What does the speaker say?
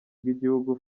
bw’igihugu